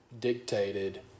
dictated